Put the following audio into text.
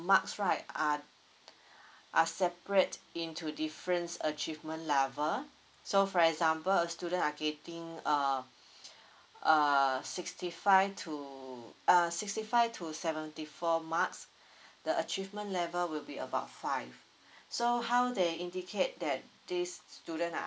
marks right are are separate into different achievement level so for example a student are getting uh uh sixty five to uh sixty five to seventy four marks the achievement level will be about five so how they indicate that this student are